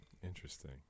Interesting